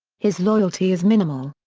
his loyalty is minimal.